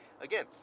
again